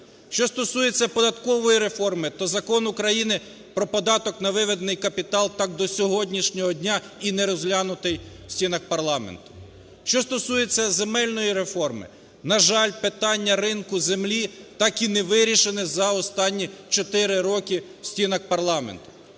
Що стосується податкової реформи, то Закон України про податок на виведений капітал так до сьогоднішнього дня і не розглянутий в стінах парламенту. Що стосується земельної реформи. На жаль, питання ринку землі так і не вирішено за останні 4 роки в стінах парламенту.